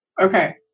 Okay